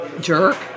Jerk